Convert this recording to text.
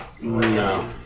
No